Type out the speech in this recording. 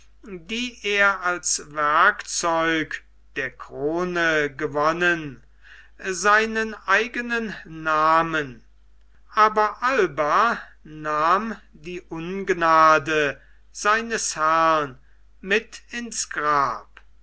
die er als werkzeug der krone gewonnen seinen eigenen namen aber alba nahm die ungnade seines herrn mit ins grab